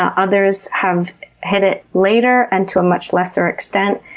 um others have hit it later and to a much lesser extent.